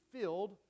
filled